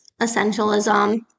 essentialism